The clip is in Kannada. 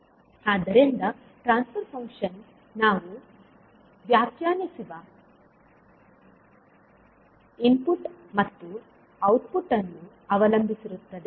ಆದ್ದರಿಂದ ಟ್ರಾನ್ಸ್ ಫರ್ ಫಂಕ್ಷನ್ ನಾವು ವ್ಯಾಖ್ಯಾನಿಸಿವ ಇನ್ಪುಟ್ ಮತ್ತು ಔಟ್ಪುಟ್ ಅನ್ನು ಅವಲಂಬಿಸಿರುತ್ತದೆ